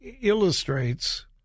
illustrates